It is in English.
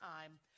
time